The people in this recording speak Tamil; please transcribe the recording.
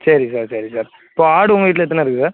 சரி சார் சரி சார் இப்போது ஆடு உங்கள் வீட்டில எத்தனை இருக்குது சார்